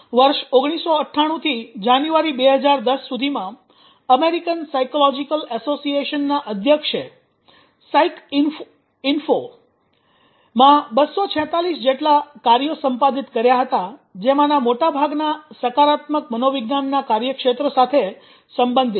વર્ષ 1998 થી જાન્યુઆરી 2010 સુધીમાં અમેરિકન સાયકોલોજિકલ એસોસિએશનના અધ્યક્ષે 'સાઈકઈન્ફો' માં 246 જેટલા કાર્યો સંપાદિત કર્યા હતા જેમાંના મોટા ભાગના સકારાત્મક મનોવિજ્ઞાનના કાર્યક્ષેત્ર સાથે સંબંધિત છે